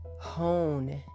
hone